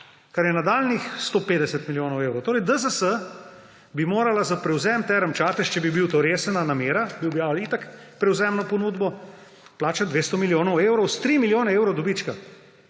kar je nadaljnjih 150 milijonov evrov. Torej bi DZS morala za prevzem Term Čatež – če bi bila to resna namera, bi itak objavili prevzemno ponudbo – plačati 200 milijonov evrov s 3 milijoni evrov dobička!